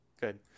Good